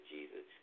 Jesus